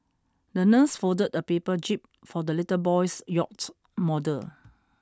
the nurse folded a paper jib for the little boy's yacht model